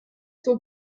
sont